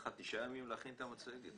כאשר הנתונים הקיימים בחינוך הערבי והיהודי כיום,